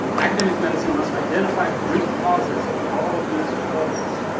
academic medicine must identify the root causes of all of these troubles